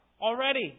already